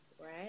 right